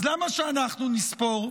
אז למה שאנחנו נספור?